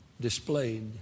displayed